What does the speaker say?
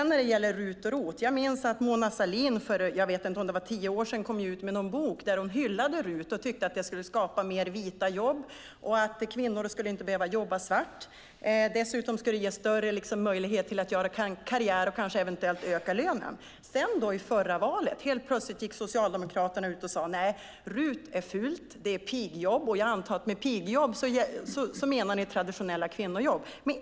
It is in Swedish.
När det gäller RUT och ROT minns jag att Mona Sahlin för kanske tio år sedan kom ut med någon bok där hon hyllade RUT och trodde att det skulle skapa fler vita jobb så att kvinnor inte skulle behöva jobba svart. Dessutom skulle det ge kvinnor större möjligheter att göra karriär och eventuellt höja lönen. Men helt plötsligt gick Socialdemokraterna i förra valrörelsen ut och sade att nej, RUT är fult, det är pigjobb, och jag antar att de med pigjobb menade traditionella kvinnojobb.